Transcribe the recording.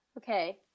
Okay